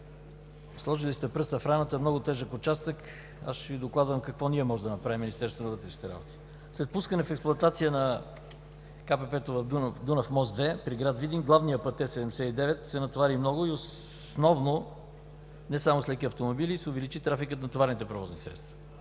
Сложили сте пръста в раната – много тежък участък. Ще Ви докладвам какво ние можем да направим, Министерството на вътрешните работи. След пускане в експлоатация на ГКПП „Дунав мост 2” при град Видин, главният път Е79 се натовари много и основно не само с леки автомобили, но се увеличи и трафикът на товарните превозни средства.